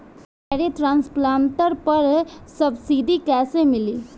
Paddy transplanter पर subsidy कैसे मिली?